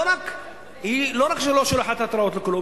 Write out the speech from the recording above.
לא רק שהיא לא שולחת התראות וכלום,